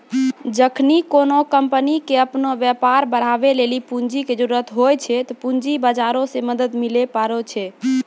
जखनि कोनो कंपनी के अपनो व्यापार बढ़ाबै लेली पूंजी के जरुरत होय छै, पूंजी बजारो से मदत लिये पाड़ै छै